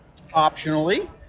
optionally